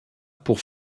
pour